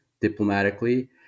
diplomatically